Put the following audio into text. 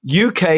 UK